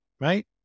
right